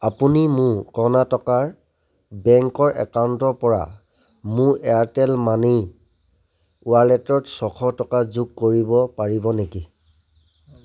আপুনি মোৰ কৰ্ণাটকাৰ বেংকৰ একাউণ্টৰ পৰা মোৰ এয়াৰটেল মানিৰ ৱালেটত ছশ টকা যোগ কৰিব পাৰিব নেকি